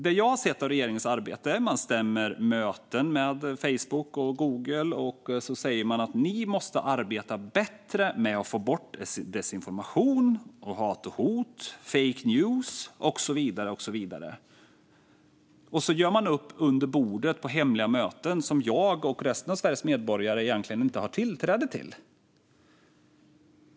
Det jag har sett av regeringens arbete är att man stämmer möte med Facebook och Google och säger: Ni måste arbeta bättre med att få bort desinformation, hat och hot, fake news och så vidare. Och så gör man upp under bordet på hemliga möten som jag och resten av Sveriges medborgare egentligen inte har tillträde till.